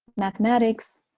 mathematics.